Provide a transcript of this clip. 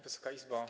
Wysoka Izbo!